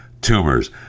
tumors